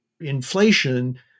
inflation